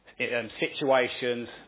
situations